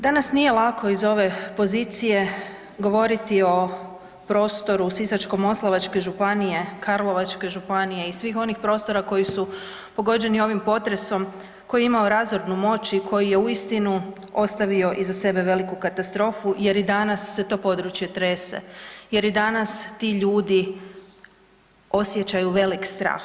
Danas nije lako iz ove pozicije govoriti o prostoru Sisačko-moslavačke županije, Karlovačke županije i svih onih prostora koji su pogođeni ovim potresom koji je imao razornu moć i koji je uistinu ostavio iza sebe veliku katastrofu jer i danas se to područje trese, jer i danas ti ljudi osjećaju velik strah.